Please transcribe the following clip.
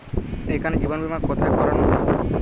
এখানে জীবন বীমা কোথায় করানো হয়?